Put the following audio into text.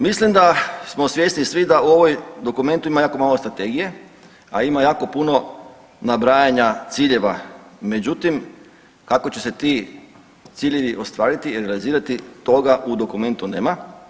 Mislim da smo svjesni svi da u ovom dokumentu ima jako malo strategije, a ima jako puno nabrajanja ciljeva, međutim kako će se ti ciljevi ostvariti i realizirati toga u dokumentu nema.